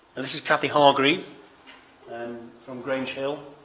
this is cathy hargreaves and from grange hill.